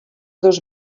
dos